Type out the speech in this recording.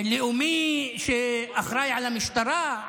לאומי, שאחראי למשטרה?